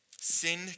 sin